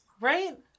Right